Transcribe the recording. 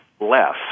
less